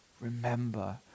remember